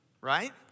Right